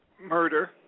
murder